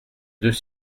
deux